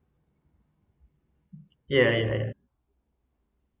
yeah yeah yeah